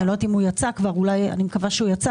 אני לא יודעת אם הוא כבר יצא כבר ואני מקווה שהוא יצא